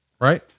right